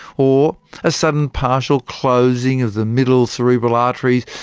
or a sudden partial closing of the middle cerebral arteries,